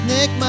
Nick